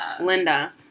Linda